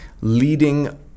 leading